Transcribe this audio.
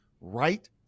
right